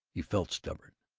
he felt stubborn.